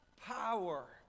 power